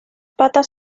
patas